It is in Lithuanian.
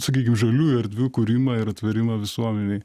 sakykim žaliųjų erdvių kūrimą ir atvėrimą visuomenei